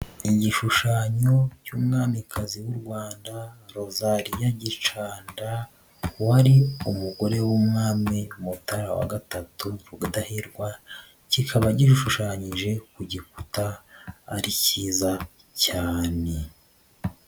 Igishushanyo cy'Umwamikazi w'u Rwanda Rozariya Gicanda, wari umugore w'Umwami Mutara wa gatatu Rudahigwa, kikaba gishushanyije ku gikuta ari cyiza cyane.